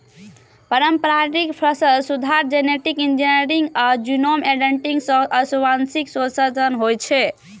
पारंपरिक फसल सुधार, जेनेटिक इंजीनियरिंग आ जीनोम एडिटिंग सं आनुवंशिक संशोधन होइ छै